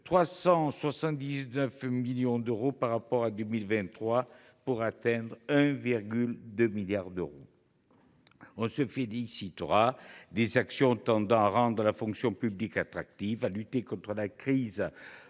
379,5 millions d’euros par rapport à 2023 pour atteindre 1,2 milliard d’euros. On se félicitera des actions tendant à rendre la fonction publique attractive ; à lutter contre la crise du